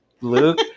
Luke